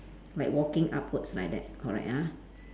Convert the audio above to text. like walking upwards like that correct ah